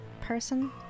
person